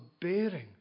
bearing